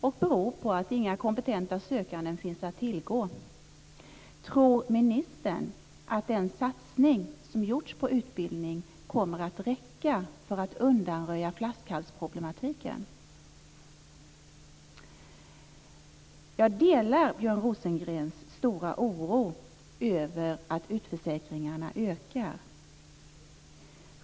Det beror på att inga kompetenta sökande finns att tillgå. Tror ministern att den satsning som gjorts på utbildning kommer att räcka för att undanröja flaskhalsproblematiken? Jag delar Björn Rosengrens stora oro över att utförsäkringarna ökar.